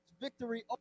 victory